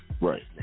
Right